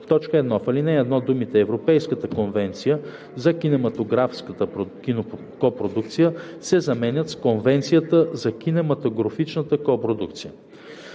1. В ал. 1 думите „Европейската конвенция за кинематографската копродукция“ се заменят с „Конвенцията за кинематографичната копродукция“.